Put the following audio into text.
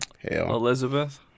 Elizabeth